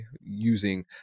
using